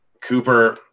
Cooper